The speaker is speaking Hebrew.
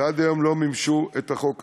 ועד היום לא מימשו את החוק הזה.